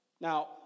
now